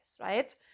right